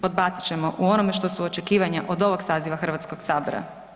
Podbacit ćemo u onome što su očekivanja od ovog saziva Hrvatskog sabora.